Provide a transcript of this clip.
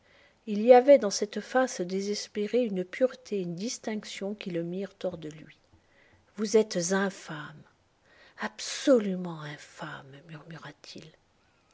il y avait dans cette face désespérée une pureté et une distinction qui le mirent hors de lui vous êtes infâme absolument infâme